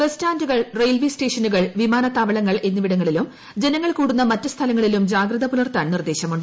bus സ്റ്റാന്റുകൾ railway സ്റ്റേഷനുകൾ വിമാ നത്താവളങ്ങൾ എന്നിവിടങ്ങളിലും ജനങ്ങൾ കൂടുന്ന മറ്റ് സ്ഥലങ്ങളിലും ജാഗ്രത പുലർത്താൻ നിർദ്ദേശമുണ്ട്